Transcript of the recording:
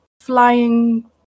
flying